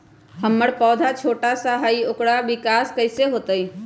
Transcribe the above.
हमर पौधा छोटा छोटा होईया ओकर विकास कईसे होतई?